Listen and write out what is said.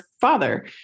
father